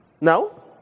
No